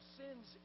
sins